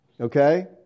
Okay